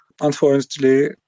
Unfortunately